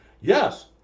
Yes